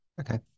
Okay